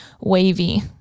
wavy